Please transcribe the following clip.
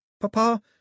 Papa